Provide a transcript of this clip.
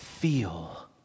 feel